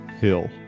Hill